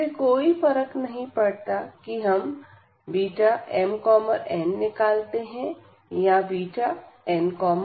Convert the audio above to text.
इससे कोई फर्क नहीं पड़ता कि हम Bmn निकालते हैं या Bnm